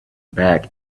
back